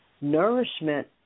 nourishment